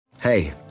Hey